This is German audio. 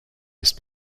ist